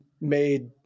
made